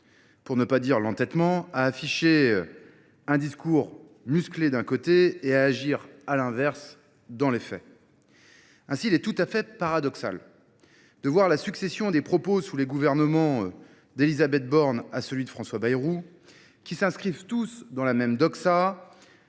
Pour ne pas dire l'entêtement, à afficher un discours musclé d'un côté et à agir à l'inverse dans les faits. Ainsi, il est tout à fait paradoxal de voir la succession des propos sous les gouvernements d'Elisabeth Borne à celui de François Bayrou qui s'inscrivent tous dans la même doxa